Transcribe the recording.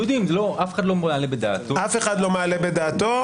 אף אחד לא מעלה בדעתו --- אף אחד לא מעלה בדעתו?